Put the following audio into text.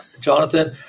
Jonathan